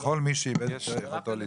לכל מי שאיבד את יכולתו להשתכר.